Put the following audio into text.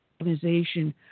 organization